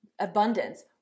abundance